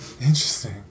interesting